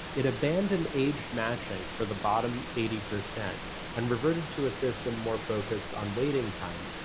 it abandoned age matching for the bottom eighty percent and reverted to a system more focused on waiting time,